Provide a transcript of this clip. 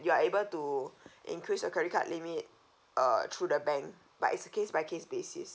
you are able to increase your credit card limit uh through the bank but it's a case by case basis